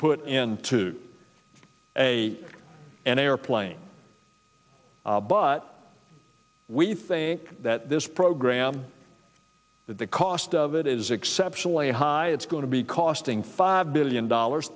put into a an airplane but we think that this program that the cost of it is exceptionally high it's going to be costing five billion dollars